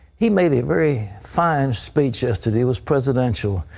he made a very fine speech yesterday. it was presidential.